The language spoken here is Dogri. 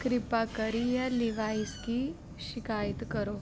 किरपा करियै लिवाइस गी शकैत करो